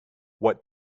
what